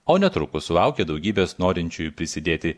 o netrukus sulaukė daugybės norinčiųjų prisidėti